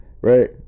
right